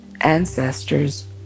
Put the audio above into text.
ancestors